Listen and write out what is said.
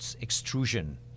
extrusion